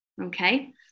okay